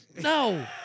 No